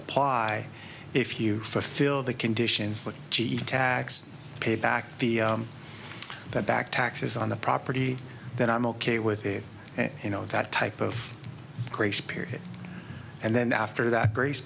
apply if you fulfill the conditions that g e tax paid back the that back taxes on the property that i'm ok with if you know that type of grace period and then after that grace